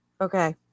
okay